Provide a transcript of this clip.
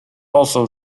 also